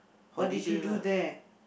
what did you do there